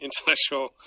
intellectual